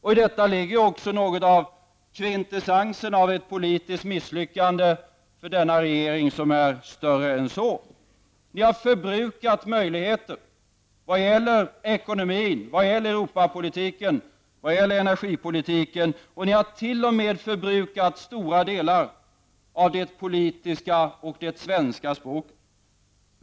I detta ligger också något av kvintessensen av ett politiskt misslyckande för denna regering, ett misslyckande som är större än så. Regeringen har förbrukat möjligheter vad gäller ekonomin, vad gäller Europapolitiken och vad gäller energipolitiken. Regeringen har t.o.m. förbrukat stora delar av det politiska och det svenska språket.